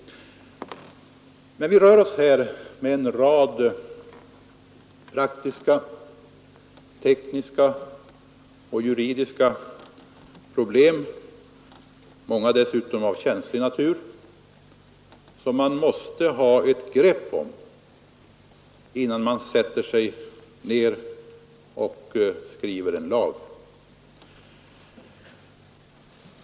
Men vi rör oss här med en rad praktiska, tekniska och juridiska problem, många dessutom av känslig natur, som man måste ha ett grepp om, innan man sätter sig ned och skriver en lag.